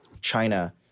China